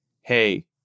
hey